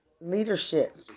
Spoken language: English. Leadership